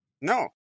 No